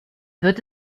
wird